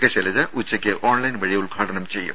K Shailaja ഉച്ചയ്ക്ക് online വഴി ഉദ്ഘാടനം ചെയ്യും